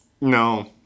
No